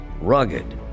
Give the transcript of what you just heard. rugged